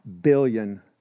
billion